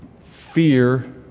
Fear